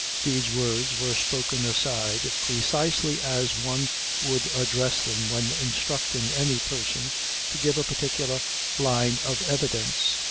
these words were spoken aside, precisely as one would address them when instructing any person to give a particular line of evidence.